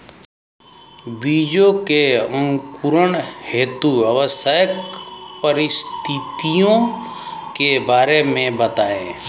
बीजों के अंकुरण हेतु आवश्यक परिस्थितियों के बारे में बताइए